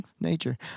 Nature